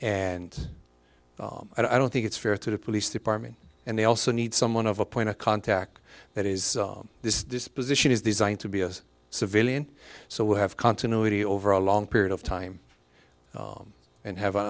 and i don't think it's fair to the police department and they also need someone of a point of contact that is this disposition is the zine to be a civilian so we have continuity over a long period of time and have